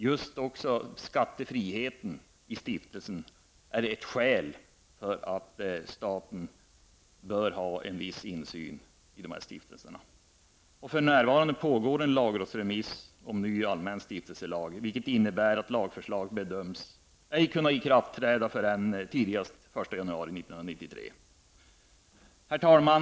Just skattefriheten i stiftelsen är ett skäl till att staten bör ha en viss insyn i dessa stiftelser. För närvarande pågår en lagrådsremiss om ny allmän stiftelselag, vilket innebär att ett lagförslag bedöms ej kunna ikraftträda förrän tidigast den 1 Herr talman!